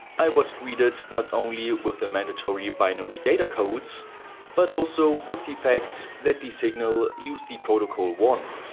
i was greeted not only with the mandatory binary data codes but also with the facts that the signal used the protocol one